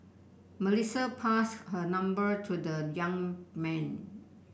Melissa passed her number to the young man